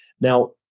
Now